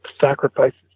sacrifices